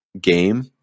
game